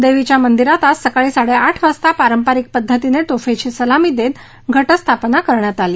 देवीच्या मंदिरात आज सकाळी साडेआठ वाजता पारंपरिक पद्धतीने तोफेची सलामी देत घटस्थापना करण्यात आली